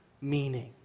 meaning